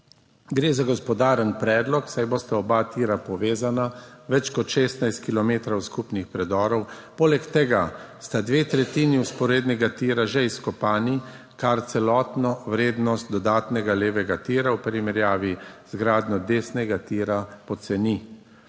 Gre za gospodaren predlog, saj bosta oba tira povezana z več kot 16 kilometrov skupnih predorov, poleg tega sta dve tretjini vzporednega tira že izkopani, kar celotno vrednost dodatnega levega tira v primerjavi z gradnjo desnega tira poceni.